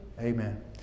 Amen